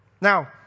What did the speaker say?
Now